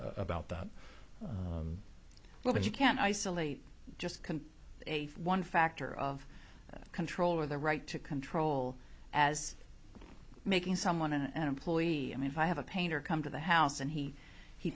about that well that you can't isolate just a one factor of control or the right to control as making someone an employee i mean if i have a painter come to the house and he he